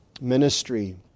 ministry